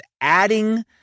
adding